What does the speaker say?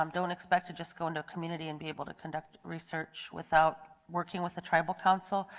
um don't expect to just go into a community and be able to conduct research without working with a tribal council.